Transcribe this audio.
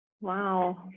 wow